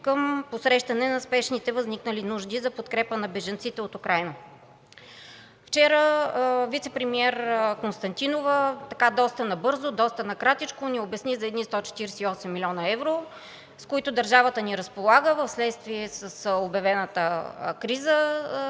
към посрещане на спешните възникнали нужди за подкрепа на бежанците от Украйна. Вчера вицепремиер Константинова доста набързо, доста накратичко ни обясни за едни 148 млн. евро, с които държавата ни разполага вследствие обявената криза